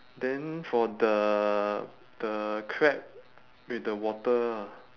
then for the the crab with the water ah